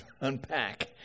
unpack